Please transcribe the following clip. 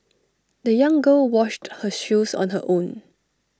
the young girl washed her shoes on her own